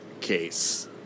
case